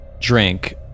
drink